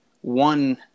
one